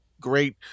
great